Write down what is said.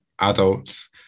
adults